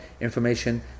information